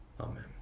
Amen